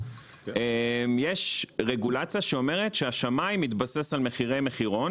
יש רגולציה שאומרת שהשמאי מתבסס על מחירי מחירון,